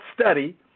study